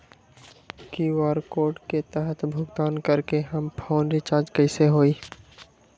QR code के तहद भुगतान करके हम फोन रिचार्ज कैसे होई?